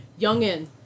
Youngin